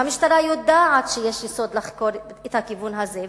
והמשטרה יודעת שיש יסוד לחקור את הכיוון הזה,